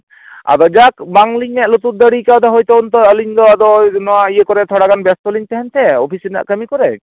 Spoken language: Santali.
ᱟᱫᱚ ᱡᱟᱠ ᱵᱟᱝᱞᱤᱧ ᱢᱮᱫ ᱞᱩᱛᱩᱨ ᱫᱟᱲᱮ ᱠᱟᱣᱫᱟ ᱦᱚᱭᱛᱳ ᱚᱱᱛᱮ ᱟᱞᱤᱧ ᱫᱚ ᱟᱫᱚ ᱱᱚᱣᱟ ᱤᱭᱟᱹ ᱠᱚᱨᱮ ᱛᱷᱚᱲᱟ ᱜᱟᱱ ᱵᱮᱥᱛᱚ ᱞᱤᱧ ᱛᱟᱦᱮᱱᱛᱮ ᱚᱯᱷᱤᱥ ᱨᱮᱱᱟᱜ ᱠᱟᱹᱢᱤ ᱠᱚᱨᱮ